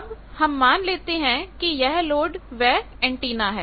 अब हम मान लेते हैं कि यह लोड वह एंटीना है